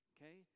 Okay